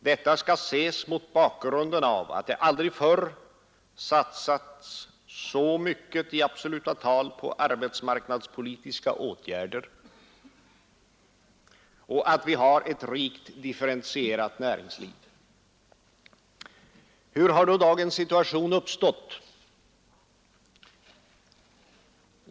Detta skall ses mot bakgrunden av att det aldrig förr satsats så mycket i absoluta tal på arbetsmarknadspolitiska åtgärder och att vi har ett rikt differentierat näringsliv. Hur har då dagens situation uppstätt?